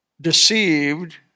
deceived